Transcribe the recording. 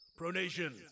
Pronation